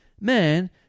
Man